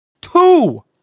Two